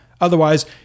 Otherwise